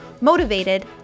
motivated